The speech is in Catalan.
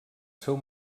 seu